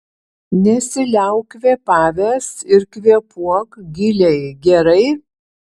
nesiliauk kvėpavęs ir kvėpuok giliai gerai